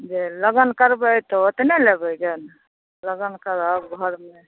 जे लगन करबै तऽ ओतने लेबै जानु लगन करब घरमे